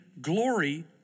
glory